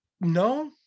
no